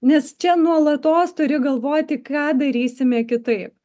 nes čia nuolatos turi galvoti ką darysime kitaip